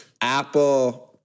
Apple –